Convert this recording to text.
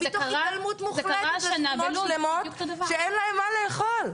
<< דובר_המשך >> מיכל שיר סגמן (יו"ר הוועדה המיוחדת לזכויות הילד):